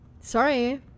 Sorry